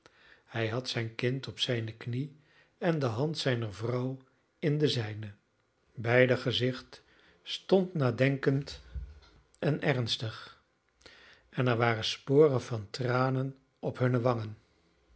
hij had zijn kind op zijne knie en de hand zijner vrouw in de zijne beider gezicht stond nadenkend en ernstig en er waren sporen van tranen op hunne wangen